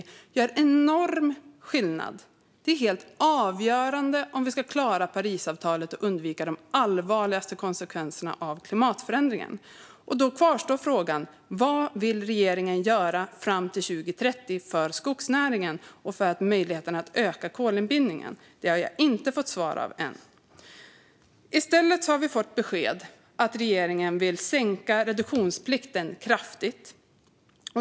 Det gör en enorm skillnad; det är helt avgörande om vi ska klara Parisavtalet och undvika de allvarligaste konsekvenserna av klimatförändringarna. Då kvarstår frågan: Vad vill regeringen göra fram till 2030 för skogsnäringen och för möjligheten att öka kolinbindningen? Det har jag inte fått svar på än. I stället har vi fått besked om att regeringen vill sänka reduktionsplikten kraftigt.